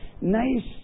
nice